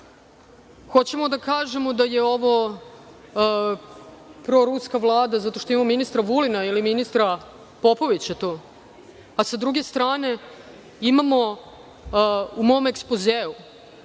bolje. Hoćemo da kažemo da je ovo proruska Vlada zato što imamo ministra Vulina ili ministra Popovića, a sa druge strane, imamo u mom ekspozeu